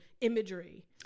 imagery